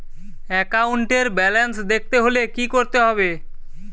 একাউন্টের ব্যালান্স দেখতে হলে কি করতে হবে?